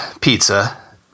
pizza